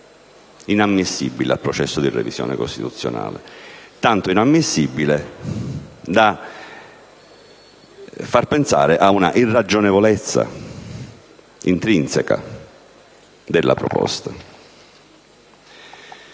inammissibile al processo di revisione costituzionale; tanto inammissibile da far pensare ad un'irragionevolezza intrinseca della proposta.